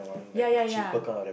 ya ya ya